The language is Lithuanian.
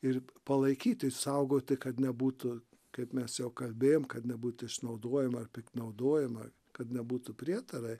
ir palaikyti saugoti kad nebūtų kaip mes jau kalbėjom kad nebūtų išnaudojimą ar piktnaudojimą kad nebūtų prietarai